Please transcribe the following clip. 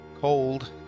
cold